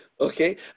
okay